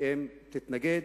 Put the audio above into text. אם תתנגד,